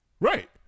right